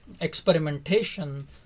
experimentation